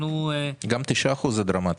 גם 9% זה דרמטי.